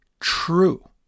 true